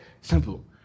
simple